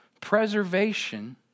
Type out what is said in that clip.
Preservation